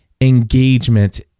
engagement